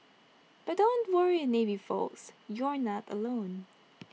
but don't worry navy folks you're not alone